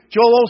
Joel